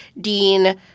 Dean